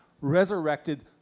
resurrected